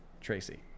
Tracy